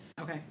Okay